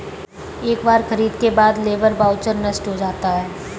एक बार खरीद के बाद लेबर वाउचर नष्ट हो जाता है